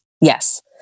Yes